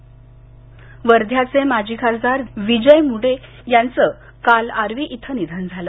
निधन वर्ध्याचे माजी खासदार विजय मुडे यांचं काल आर्वी इथं निधन झालं